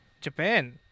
Japan